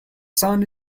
sun